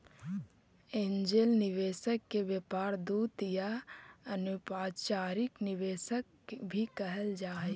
angel निवेशक के व्यापार दूत या अनौपचारिक निवेशक भी कहल जा हई